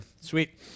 Sweet